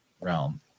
realm